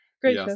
Great